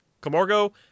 Camargo